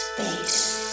space